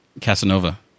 Casanova